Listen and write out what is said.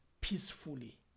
peacefully